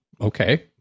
okay